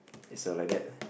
it's a like that